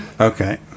Okay